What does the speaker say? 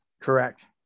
Correct